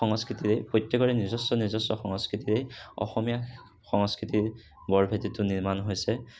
সংস্কৃতিৰে প্ৰত্যেকৰে নিজস্ব নিজস্ব সংস্কৃতিৰে অসমীয়া সংস্কৃতিৰ বৰভেটিটো নিৰ্মাণ হৈছে